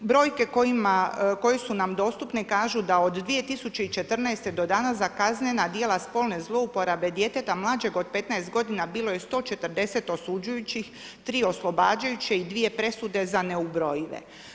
Brojke koje su nam dostupne kažu da od 2014. do danas za kaznena djela spolne zlouporabe djeteta mlađeg od 15 godina bilo je 140 osuđujućih, 3 oslobađajuće i dvije presude za neubrojive.